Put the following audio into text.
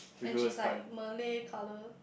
and she's like malay colour